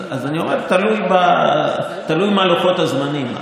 אז אני אומר, תלוי מה לוחות הזמנים.